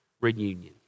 reunion